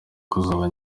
kuzaba